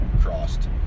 crossed